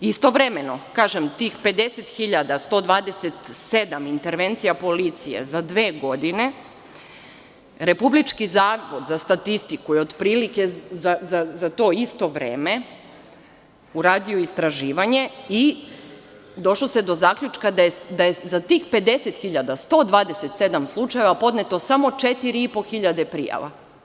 Istovremeno, tih 50.127 intervencija policije za dve godine Republički zavod za statistiku je otprilike za to isto vreme uradio istraživanje i došlo se do zaključka da je za tih 50.127 slučajeva podneto samo 4.500 prijava.